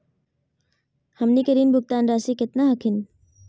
हमनी के ऋण भुगतान रासी केतना हखिन?